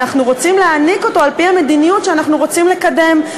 אנחנו רוצים להעניק אותו על-פי המדיניות שאנחנו רוצים לקדם.